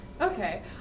Okay